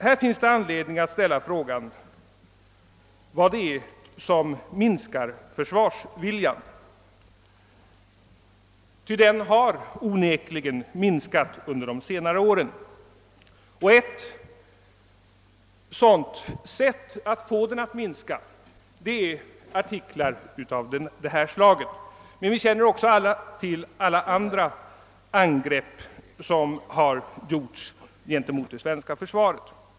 Här finns det anledning att ställa frågan vad det är som minskar försvarsviljan — ty den har onekligen minskat under senare år. Ett sätt är att skriva artiklar av det slag som jag nämnt, men vi känner också till andra angrepp som har gjorts mot det svenska försvaret.